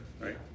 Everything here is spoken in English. right